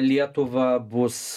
lietuva bus